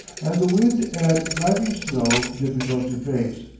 and the wind and driving snow difficult to face.